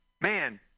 man